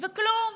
וכלום.